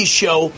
show